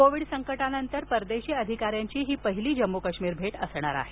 Covid संकटानंतर परदेशी अधिकाऱ्यांची ही पहिली जम्मू काश्मीर भेट असणार आहे